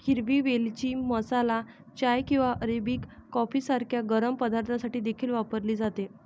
हिरवी वेलची मसाला चाय किंवा अरेबिक कॉफी सारख्या गरम पदार्थांसाठी देखील वापरली जाते